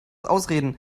ausreden